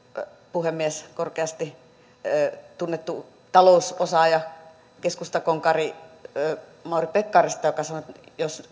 puhemies korkeasti tunnettua talousosaajaa keskustakonkari mauri pekkarista joka sanoi että jos